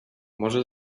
może